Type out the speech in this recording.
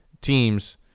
teams